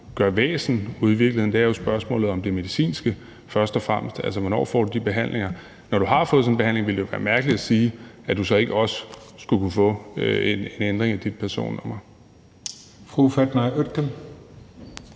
ude i virkeligheden, er jo spørgsmålet om det medicinske først og fremmest, altså hvornår du får de behandlinger. Når du har fået sådan en behandling, ville det jo være mærkeligt at sige, at du så ikke også skulle kunne få en ændring af dit personnummer.